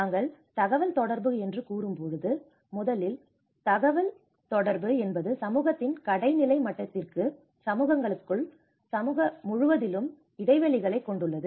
நாங்கள் தகவல்தொடர்பு என்று கூறும்போது முதலில் தகவல் தொடர்பு என்பது சமூகத்தின் கடைநிலை மட்டத்திற்குள் சமூகங்களுக்குள்ளும் சமூகங்கள் முழுவதிலும் இடைவெளிகளைக் கொண்டுள்ளது